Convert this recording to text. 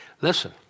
listen